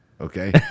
okay